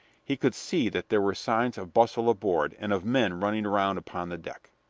he could see that there were signs of bustle aboard and of men running around upon the deck.